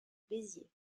béziers